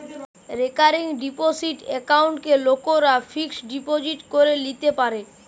recurring deposit একাউন্টকে লোকরা fixed deposit করে লিতে পারে